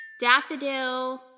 Daffodil